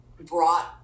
brought